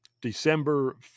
December